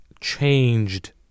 changed